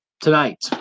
tonight